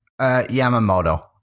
Yamamoto